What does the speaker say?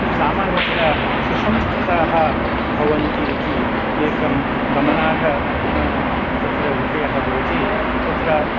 सामान्यतया सुसंस्कृताः भवन्ति इति एकं गमनार्ह तत्र विषयः भवति तत्र